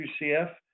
UCF